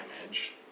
damage